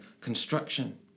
construction